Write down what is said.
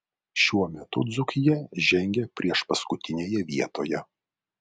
šiuo metu dzūkija žengia priešpaskutinėje vietoje